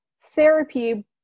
therapy